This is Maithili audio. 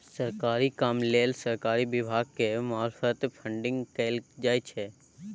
सरकारी काम लेल सरकारी विभाग के मार्फत फंडिंग कएल जाइ छै